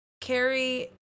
carrie